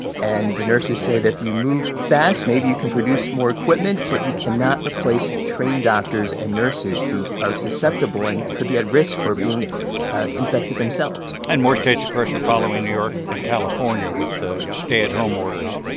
and the nurses say that if you move fast, maybe you can produce more equipment. but you cannot replace trained doctors and nurses who are susceptible and could be at risk for being infected themselves and more states, of course, are following new york and california california with the stay-at-home orders.